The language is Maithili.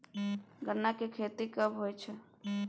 गन्ना की खेती कब होय छै?